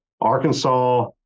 Arkansas